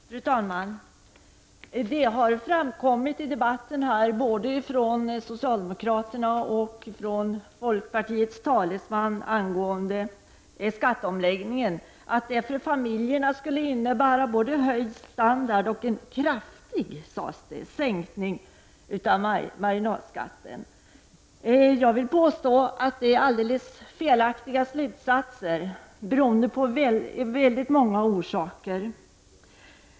Fru talman! Det har sagts i debatten från både socialdemokraternas och folkpartiets talesmän angående skatteomläggningen att den för familjerna skulle innebära både höjd standard och kraftigt, sades det, sänkta marginalskatter. Jag vill påstå att detta är en alldeles felaktig slutsats av många olika orsaker.